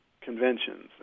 conventions